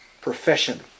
profession